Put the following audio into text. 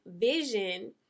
vision